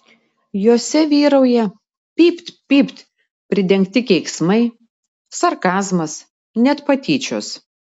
jose vyrauja pypt pypt pridengti keiksmai sarkazmas net patyčios